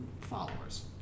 followers